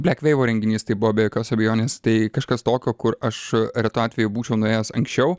blek veivo renginys tai buvo be jokios abejonės tai kažkas tokio kur aš a retuo atveju būčiau nuėjęs anksčiau